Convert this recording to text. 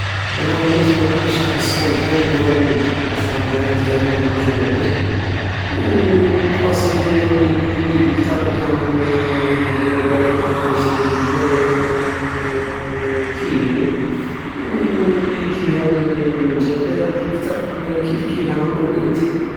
انا وين نسكن عندنا شهر السخون كامل هو اوت وشهر البارد كامل هو جانفي و البلاصة في الميديتي كتر كامل هي بالاك نقلك فيفي جوايه تردد فيفري ولي فيها الجفاف اكتر انا نقول اوت